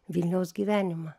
vilniaus gyvenimą